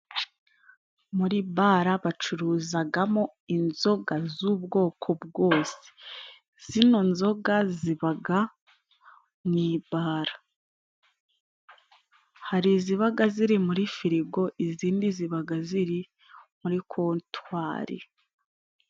Muri bara bacuruzagamo inzoga z'ubwoko bwose. Zino nzoga zibaga mu ibara, hari izibaga ziri muri firigo izindi zibaga ziri muri kontwari.